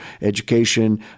education